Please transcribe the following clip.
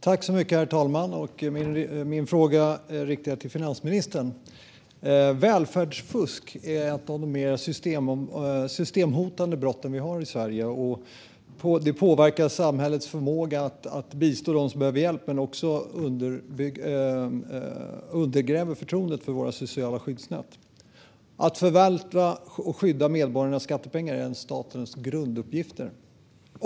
Herr talman! Jag riktar min fråga till finansministern. Välfärdsfusk är ett av de mer systemhotande brott som vi har i Sverige. Det påverkar samhällets förmåga att bistå dem som behöver hjälp, men det undergräver också förtroendet för våra sociala skyddsnät. Att förvalta och skydda medborgarnas skattepengar är en av statens grunduppgifter.